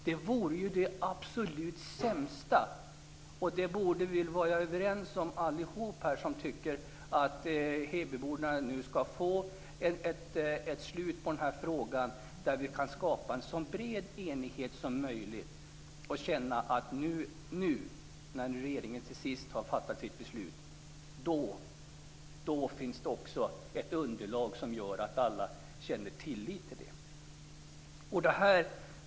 Det vore det absolut sämsta, och det borde vi allihop vara överens om som tycker att hebyborna nu skall få ett slut på frågan i så bred enighet som möjligt. När regeringen till sist har fattat sitt beslut skall det också finnas ett underlag som gör att alla känner tillit till det.